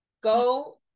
go